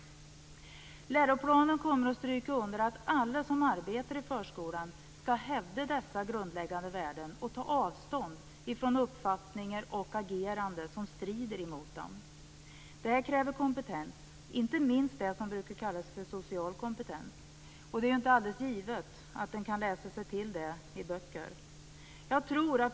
Läroplanen kommer att stryka under att alla som arbetar i förskolan skall hävda dessa grundläggande värden och ta avstånd från uppfattningar och agerande som strider emot dem. Det kräver kompetens, inte minst det som brukar kallas för social kompetens. Det är inte alldeles givet att man kan läsa sig till det i böcker.